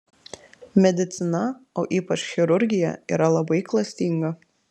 medicina o ypač chirurgija yra labai klastinga